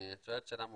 את שואלת שאלה מורכבת.